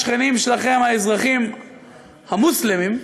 לשכנים שלכם, האזרחים המוסלמים,